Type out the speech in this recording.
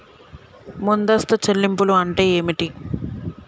ముందస్తు చెల్లింపులు అంటే ఏమిటి?